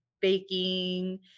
baking